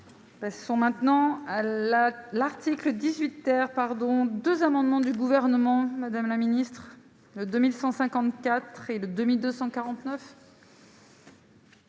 Ce sont maintenant à la l'article 18 heures pardon, 2 amendements du gouvernement, Madame la Ministre, 2154 et de 2249.